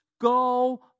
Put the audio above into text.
go